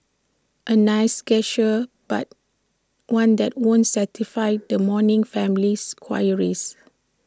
A nice gesture but one that won't satisfy the mourning family's queries